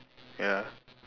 ya